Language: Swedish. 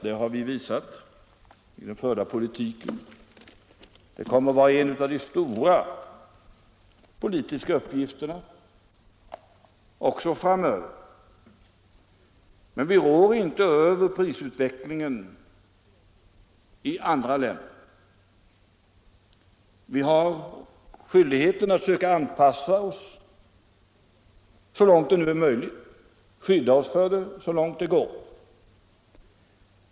Det har vi visat i den förda politiken. Det kommer att vara en av de stora politiska uppgifterna också framöver. Men vi råder inte över prisutvecklingen i andra länder. Vi har skyldigheten att söka anpassa oss efter denna utveckling så långt det nu är möjligt och skydda oss mot den så långt det går.